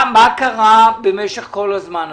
מה קרה במשך כל הזמן הזה?